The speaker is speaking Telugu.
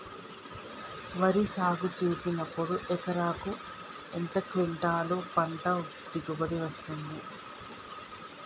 వరి సాగు చేసినప్పుడు ఎకరాకు ఎన్ని క్వింటాలు పంట దిగుబడి వస్తది?